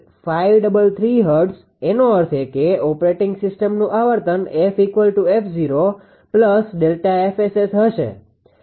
533 HZ એનો અર્થ એ કે ઓપરેટિંગ સિસ્ટમનુ આવર્તન f 𝑓0 Δ𝐹𝑆𝑆 હશે